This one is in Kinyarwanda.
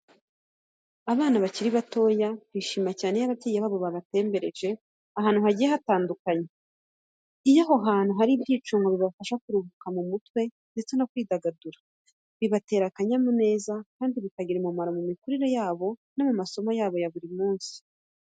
Abana bakiri batoya bishima cyane iyo ababyeyi babo babatembereje ahantu hagiye hatandukanye. Iyo aho hantu hari ibyicungo bibafasha kuruhuka mu mutwe ndetse no kwidagadura, bibatera akanyamuneza kandi bikagira n'umumaro mu mikurire no mu masomo yabo ya buri munsi.